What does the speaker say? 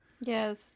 Yes